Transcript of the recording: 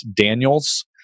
Daniels